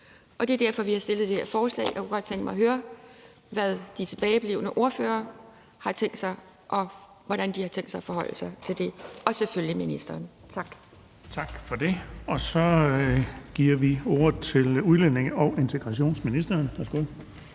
af. Det er derfor, vi har fremsat det her forslag. Jeg kunne godt tænke mig at høre, hvordan de tilbageblevne ordførere og selvfølgelig ministeren har tænkt sig at forholde sig til det. Tak. Kl. 12:49 Den fg. formand (Erling Bonnesen): Tak for det. Så giver vi ordet til udlændinge- og integrationsministeren.